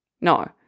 No